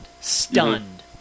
Stunned